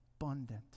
abundant